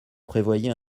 prévoyez